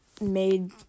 made